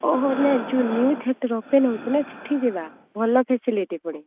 ଓହୋ ନାଇଁ ଯୋଉ ନିୟୁ ଥିଏଟର୍ ଓପନ୍ ହଉଛିନା ସେଠି ଯିବା ଭଲ ଫ୍ୟାସିଲିଟି ପଡ଼େ